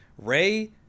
Ray